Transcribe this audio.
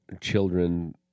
children